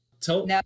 Tell